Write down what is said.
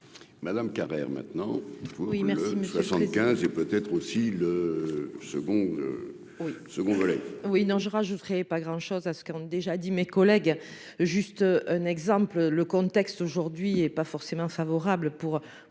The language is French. Madame Carrère maintenant oui merci 75 et peut-être aussi le second second volet. Oui non je rajouterai pas grand chose à ceux qui ont déjà dit, mes collègues juste un exemple : le contexte aujourd'hui et pas forcément favorable pour